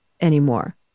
anymore